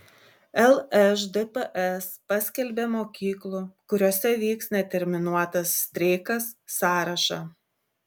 lšdps paskelbė mokyklų kuriose vyks neterminuotas streikas sąrašą